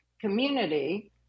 community